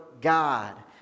God